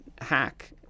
hack